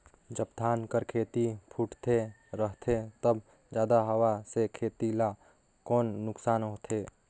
जब धान कर खेती फुटथे रहथे तब जादा हवा से खेती ला कौन नुकसान होथे?